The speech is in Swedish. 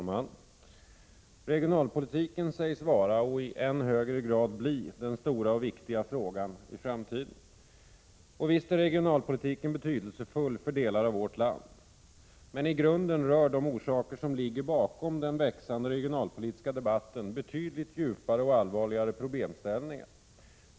Herr talman! Regionalpolitiken sägs vara, och i än högre grad bli, den stora och viktiga frågan i framtiden. Visst är regionalpolitiken betydelsefull för delar av vårt land, men i grunden rör de orsaker som ligger bakom den växande regionalpolitiska debatten betydligt djupare och allvarligare problemställningar.